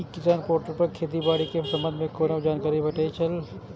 ई किसान पोर्टल पर खेती बाड़ी के संबंध में कोना जानकारी भेटय छल?